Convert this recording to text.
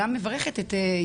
אני גם מברכת את אייל,